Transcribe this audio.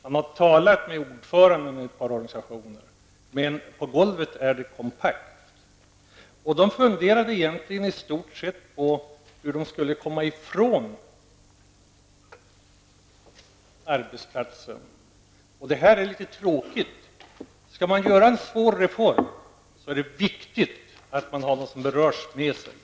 Man har talat med ordförandena i ett par organisationer, men på golvet är alltså motståndet kompakt. De människor det här gällde funderade egentligen i stort sett på hur de skulle komma ifrån arbetsplatsen. Detta är litet tråkigt. Skall man göra en svår reform, så är det viktigt att man har dem som berörs med sig.